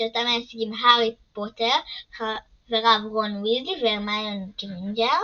שאותם מייצגים הארי פוטר וחבריו רון ויזלי והרמיוני גריינג'ר